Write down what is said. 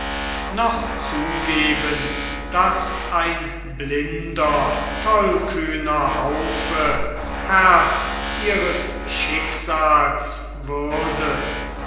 noch zugeben daß ein blinder tollkühner haufe herr ihres schicksals würde